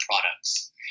products